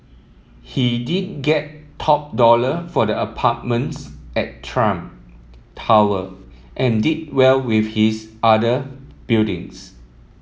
he did get top dollar for the apartments at Trump Tower and did well with his other buildings